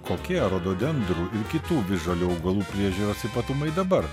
kokie rododendrų kitų visžalių augalų priežiūros ypatumai dabar